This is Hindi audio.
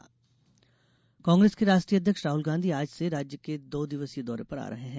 राहुल गांधी दौरा कांग्रेस के राष्ट्रीय अध्यक्ष राहुल गांधी आज से राज्य के दो दिवसीय दौरे पर आ रहे हैं